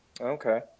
Okay